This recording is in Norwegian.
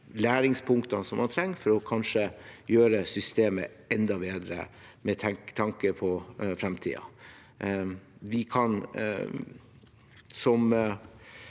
læringspunktene man trenger for kanskje å gjøre systemet enda bedre med tanke på fremtiden.